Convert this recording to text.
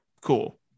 Cool